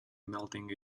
melting